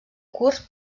curs